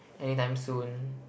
any time soon